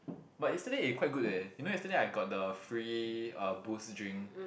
but yesterday it quite good eh you know yesterday I got the free uh Boost drink